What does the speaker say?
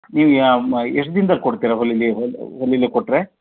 ನೀವು ಯಾವ ಎಷ್ಟು ದಿನದಲ್ಲಿ ಕೊಡ್ತೀರಾ ಹೊಲಿಲಿ ಹೊಲಿಲಿಕ್ಕೆ ಕೊಟ್ಟರೆ